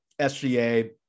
SGA